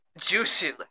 juicy